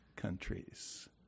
Countries